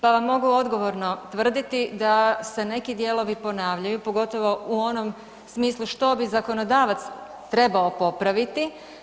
Pa vam mogu odgovorno tvrditi da se neki dijelovi ponavljaju pogotovo u onom smislu što bi zakonodavac trebao popraviti.